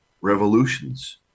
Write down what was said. revolutions